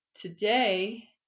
today